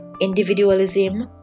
individualism